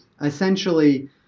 essentially